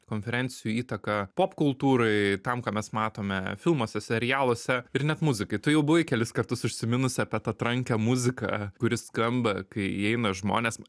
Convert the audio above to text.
konferencijų įtaką pop kultūrai tam ką mes matome filmuose serialuose ir net muzikai tu jau buvai kelis kartus užsiminusi apie tą trankią muziką kuri skamba kai įeina žmonės